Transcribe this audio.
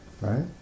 Right